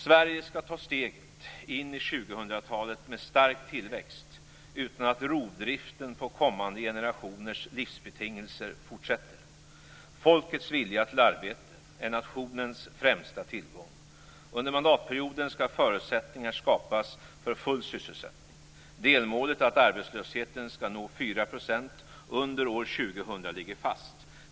Sverige skall ta steget in i 2000-talet med stark tillväxt utan att rovdriften på kommande generationers livsbetingelser fortsätter. Folkets vilja till arbete är nationens främsta tillgång. Under mandatperioden skall förutsättningar skapas för full sysselsättning. Delmålet att arbetslösheten skall nå 4 % under år 2000 ligger fast.